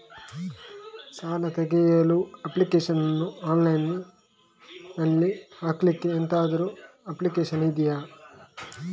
ಸಾಲ ತೆಗಿಯಲು ಅಪ್ಲಿಕೇಶನ್ ಅನ್ನು ಆನ್ಲೈನ್ ಅಲ್ಲಿ ಹಾಕ್ಲಿಕ್ಕೆ ಎಂತಾದ್ರೂ ಒಪ್ಶನ್ ಇದ್ಯಾ?